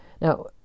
Now